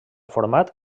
format